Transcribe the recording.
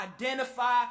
identify